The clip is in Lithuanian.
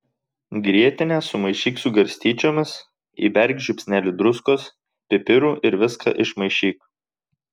grietinę sumaišyk su garstyčiomis įberk žiupsnelį druskos pipirų ir viską išmaišyk